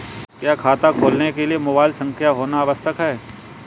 क्या खाता खोलने के लिए मोबाइल संख्या होना आवश्यक है?